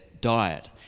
diet